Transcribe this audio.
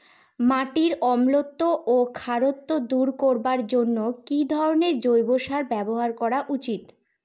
মাটির অম্লত্ব ও খারত্ব দূর করবার জন্য কি ধরণের জৈব সার ব্যাবহার করা উচিৎ?